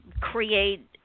create